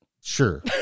sure